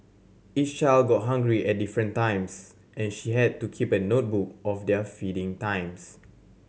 each child got hungry at different times and she had to keep a notebook of their feeding times